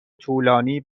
طولانی